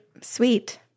sweet